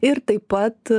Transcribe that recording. ir taip pat